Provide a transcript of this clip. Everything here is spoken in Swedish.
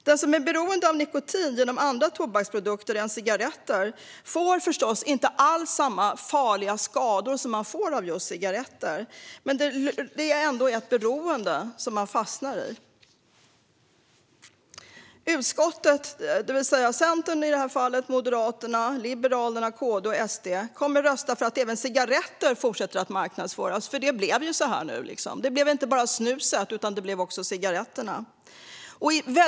Den som är beroende av nikotin genom andra tobaksprodukter än cigaretter får förstås inte alls samma farliga skador som man får av just cigaretter. Men det är ändå ett beroende som man fastnar i. Utskottet, det vill säga i det här fallet Centern, Moderaterna, Liberalerna, Kristdemokraterna och Sverigedemokraterna, kommer att rösta för att även cigaretter fortsätter att marknadsföras - för det blev ju liksom så här nu. Det blev inte bara snuset, utan det blev också cigaretterna.